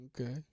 Okay